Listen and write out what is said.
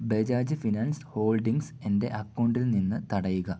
Bajaj finance holdings എൻ്റെ അക്കൗണ്ടിൽ നിന്ന് തടയുക